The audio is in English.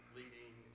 leading